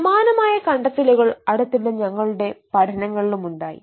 സമാനമായ കണ്ടെത്തലുകൾ അടുത്തിടെ ഞങ്ങളുടെ പഠനങ്ങളിലും ഉണ്ടായി